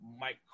mike